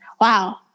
Wow